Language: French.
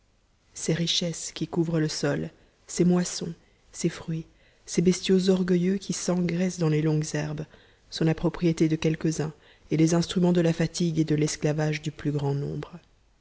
ces richesses qui couvrent le sol ces moissons ces fruits ces bestiaux orgueilleux qui s'engraissent dans les longues herbes sont la propriété de quelques-uns et les instruments de la fatigue et de l'esclavage du plus grand nombre